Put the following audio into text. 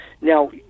Now